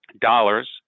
dollars